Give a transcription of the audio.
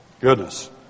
Goodness